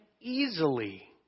easily